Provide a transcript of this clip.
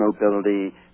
mobility